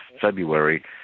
February